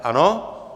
Ano?